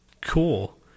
Cool